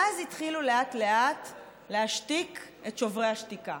ואז התחילו לאט-לאט להשתיק את שוברי השתיקה.